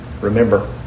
remember